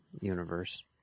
universe